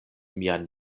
mian